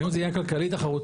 היום זה עניין כלכלי תחרותי.